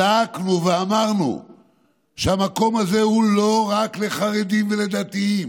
זעקנו ואמרנו שהמקום הזה הוא לא רק לחרדים ולדתיים,